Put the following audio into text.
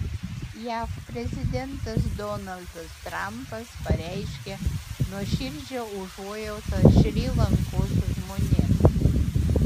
jav prezidentas donaldas trampas pareiškė nuoširdžią užuojautą šri lankos žmonėms